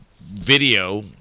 video